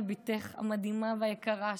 על בתך המדהימה והיקרה,